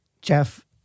Jeff